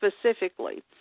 specifically